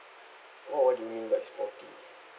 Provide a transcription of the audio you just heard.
oh what do you mean by sporty